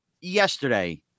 yesterday